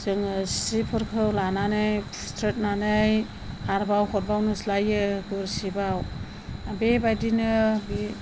जोङो सिथ्रिफोरखौ लानानै सुस्रोदनानै आरोबाव हराबवनोसैलायो दसेबाव बेबादिनो